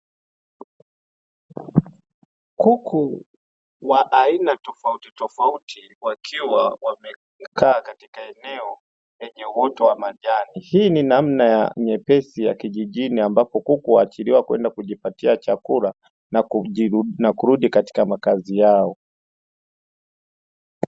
Kuku wa aina tofautitofauti wakiwa wamekaa katika eneo lenye uoto wa majani. Hii ni namna nyepesi ya kijijini ambapo kuku huachiliwa kwenda kujipatia chakula na kurudi katika makazi yao.